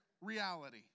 reality